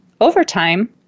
overtime